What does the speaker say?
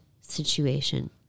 situation